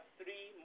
three